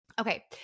Okay